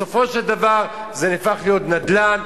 בסופו של דבר זה נהפך להיות נדל"ן,